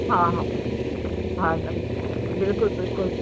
हा हा हा बिल्कुलु बिल्कुलु